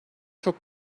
çok